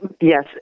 yes